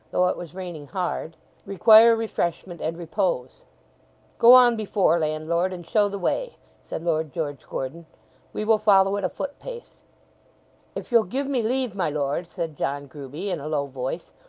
though it was raining hard require refreshment and repose go on before, landlord, and show the way said lord george gordon we will follow at a footpace if you'll give me leave, my lord said john grueby, in a low voice,